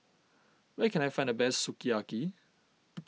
where can I find the best Sukiyaki